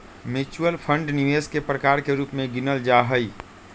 mutual fund भी निवेश के प्रकार के रूप में गिनल जाहई